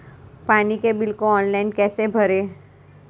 पानी के बिल को ऑनलाइन कैसे भरें?